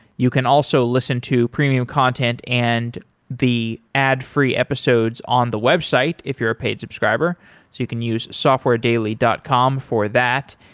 you can also listen to premium content and the ad free episodes on the website if you're a paid subscriber. so you can use softwaredaily dot com for that.